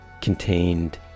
contained